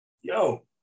yo